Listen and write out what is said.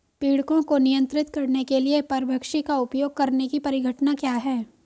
पीड़कों को नियंत्रित करने के लिए परभक्षी का उपयोग करने की परिघटना क्या है?